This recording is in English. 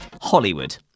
Hollywood